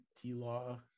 T-Law